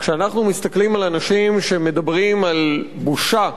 כשאנחנו מסתכלים על אנשים שמדברים על בושה בפוליטיקה,